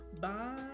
Bye